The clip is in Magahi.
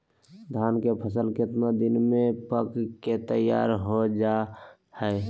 धान के फसल कितना दिन में पक के तैयार हो जा हाय?